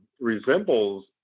resembles